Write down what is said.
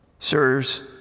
Sirs